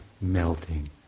Melting